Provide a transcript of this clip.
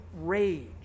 rage